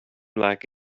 like